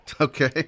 Okay